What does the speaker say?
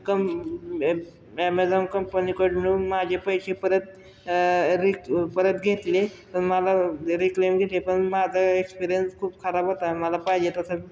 कं ॲम ॲमेझॉन कंपनीकडून माझे पैसे परत रिक परत घेतले पण मला रिक्लेम घेतले पण माझा एक्सपीरियन्स खूप खराब होता मला पाहिजे तसं